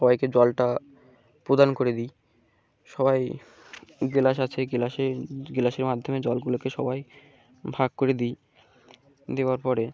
সবাইকে জলটা প্রদান করে দিই সবাই গেলাস আছে গেলাসে গেলাসের মাধ্যমে জলগুলোকে সবাই ভাগ করে দিই দেওয়ার পরে